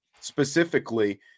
Specifically